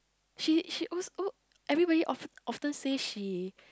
she she always everybody of often say she